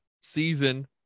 season